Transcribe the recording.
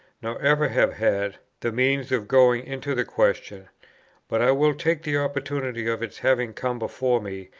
nor ever have had, the means of going into the question but i will take the opportunity of its having come before me,